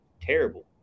terrible